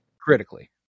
Critically